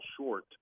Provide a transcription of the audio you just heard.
short